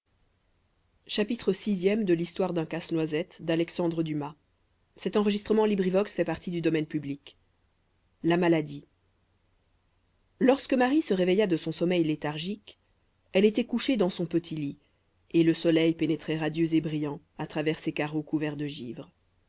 tomba évanouie lorsque marie se réveilla de son sommeil léthargique elle était couchée dans son petit lit et le soleil pénétrait radieux et brillant à travers ses carreaux couverts de givre